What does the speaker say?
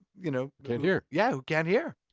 you know, can't hear. yeah! who can't hear.